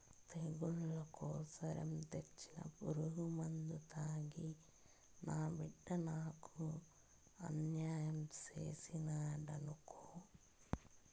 తెగుళ్ల కోసరం తెచ్చిన పురుగుమందు తాగి నా బిడ్డ నాకు అన్యాయం చేసినాడనుకో